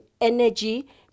energy